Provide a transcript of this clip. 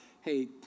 hey